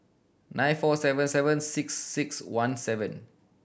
nine four seven seven six six one seven